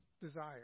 desire